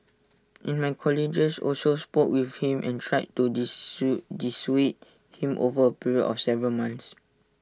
in my colleagues also spoke with him and tried to dissuade him over A period of several months